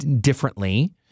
differently